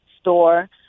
store